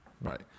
right